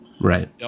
Right